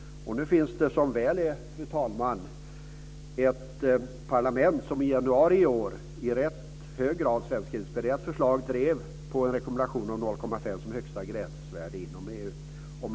Fru talman! Som väl är finns ett parlament, som i januari i år, efter ett i hög grad svenskinspirerat förslag, drev på en rekommendation om 0,5 promille som högsta gränsvärde inom EU.